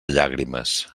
llàgrimes